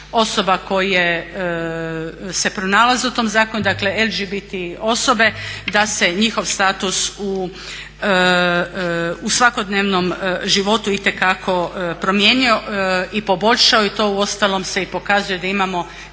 status koje se pronalaze u tom zakonu, dakle LGBT osobe da se njihov status u svakodnevnom životu itekako promijenio i poboljšao i to uostalom se i pokazuje da imamo